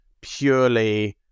purely